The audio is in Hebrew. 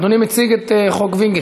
אדוני מציג את חוק וינגייט,